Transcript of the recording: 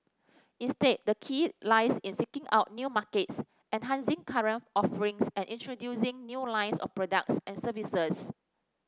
instead the key lies in seeking out new markets enhancing current offerings and introducing new lines of products and services